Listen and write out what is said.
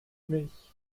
mich